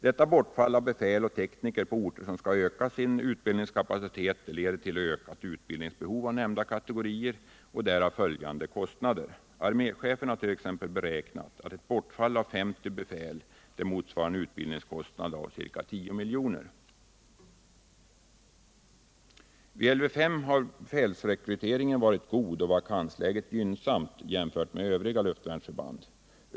Detta bortfall av befäl och tekniker på de orter som skall öka sin utbildningskapacitet leder till ökat utbildningsbehov för nämnda kategorier och därav följande kostnader. Arméchefen har t.ex. beräknat att ett bortfall av 50 befäl motsvarar en utbildningskostnad av 10 milj.kr. Vid Lv 5 har befälsrekryteringen varit god och vakansläget gynnsamt jämfört med övriga Lv-förband.